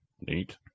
Neat